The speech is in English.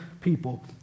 people